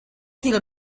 till